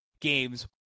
games